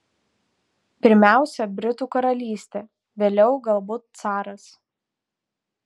pirmiausia britų karalystė vėliau galbūt caras